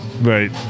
Right